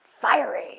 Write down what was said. fiery